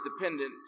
dependent